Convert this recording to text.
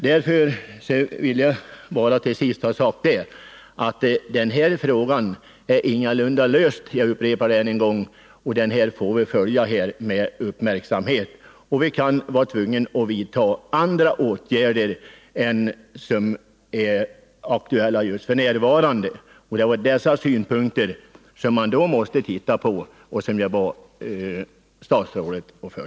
Den här frågan är som sagt ingalunda löst ännu, och den måste följas med uppmärksamhet. Vi kan bli tvungna att vidta andra åtgärder än de som är aktuella f. n. Det var dessa åtgärder som jag bad statsrådet redogöra för.